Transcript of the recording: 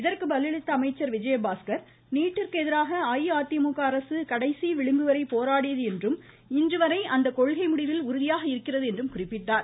இதற்கு பதிலளித்த அமைச்சர் விஜயபாஸ்கர் நீட்டிற்கு எதிராக அஇஅதிமுக அரசு கடைசி விளிம்புவரை போராடியது என்றும் இன்றுவரை அந்த கொள்கை முடிவில் உறுதியாக இருக்கிறது என்றும் குறிப்பிட்டார்